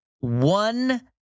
One